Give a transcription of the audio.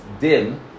dim